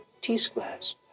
T-squares